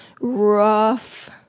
Rough